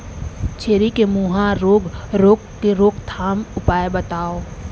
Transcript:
छेरी के मुहा रोग रोग के रोकथाम के उपाय बताव?